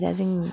ओमफ्राय दा जों